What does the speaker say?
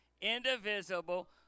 indivisible